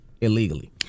illegally